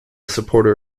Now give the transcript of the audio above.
supporter